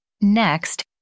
Next